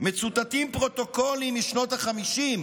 מצוטטים פרוטוקולים משנות החמישים